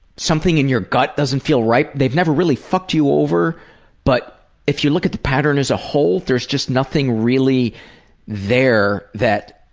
something in your gut doesn't feel right. they've never really fucked you over but if you look at the pattern as a whole there's just nothing really there